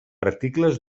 articles